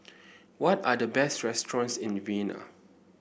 what are the best restaurants in Vienna